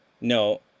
no